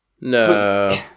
No